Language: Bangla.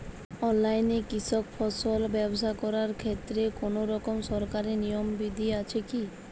অনলাইনে কৃষিজ ফসল ব্যবসা করার ক্ষেত্রে কোনরকম সরকারি নিয়ম বিধি আছে কি?